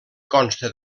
consta